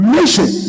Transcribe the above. Mission